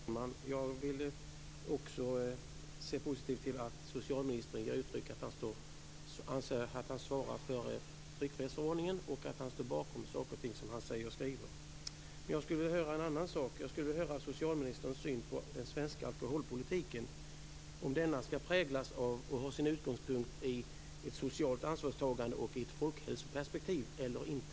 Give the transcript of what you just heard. Fru talman! Jag vill också se positivt på att socialministern anser att han svarar för tryckfrihetsförordningen och att han står bakom saker och ting som han säger och skriver. Jag skulle vilja höra en annan sak. Jag skulle vilja höra socialministerns syn på den svenska alkoholpolitiken. Ska denna präglas av och ha sin utgångspunkt i ett socialt ansvarstagande och i ett folkhälsoperspektiv eller inte?